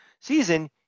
season